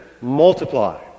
multiply